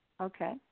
Okay